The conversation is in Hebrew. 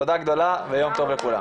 תודה גדולה, ויום טוב לכולם.